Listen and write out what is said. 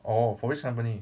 orh for which company